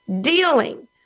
dealing